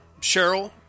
Cheryl